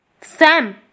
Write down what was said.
Sam